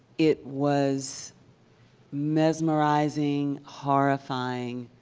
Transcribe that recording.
it was mesmerizing, horrifying,